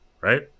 Right